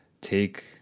take